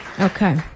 Okay